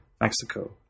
Mexico